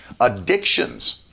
addictions